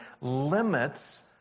limits